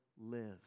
lives